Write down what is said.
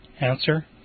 Answer